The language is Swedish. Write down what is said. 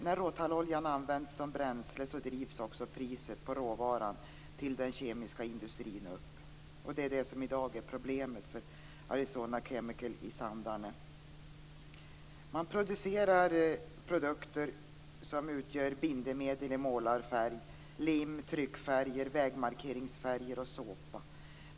När råtalloljan används som bränsle drivs också priset på råvaran till den kemiska industrin upp. Det är det som i dag är problemet för Arizona Chemical i Sandarne. Man producerar produkter som utgör bindemedel i målarfärg, lim, tryckfärger, vägmarkeringsfärger och såpa.